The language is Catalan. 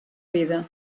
vida